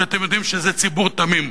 כי אתם יודעים שזה ציבור תמים.